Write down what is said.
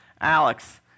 Alex